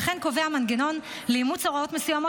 וכן קובע מנגנון לאימוץ הוראות מסוימות